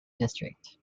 district